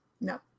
No